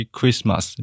Christmas